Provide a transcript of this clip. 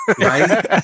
Right